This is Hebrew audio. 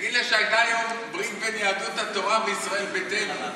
תגיד לה שהייתה היום ברית בין יהדות התורה לישראל ביתנו.